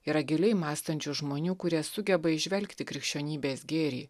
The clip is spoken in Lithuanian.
yra giliai mąstančių žmonių kurie sugeba įžvelgti krikščionybės gėrį